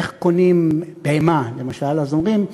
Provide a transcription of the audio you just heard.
איך קונים בהמה, למשל, אומרים: